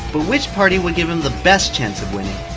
but which party would give him the best chance of winning?